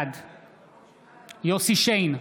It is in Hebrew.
בעד יוסף שיין,